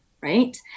right